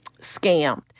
scammed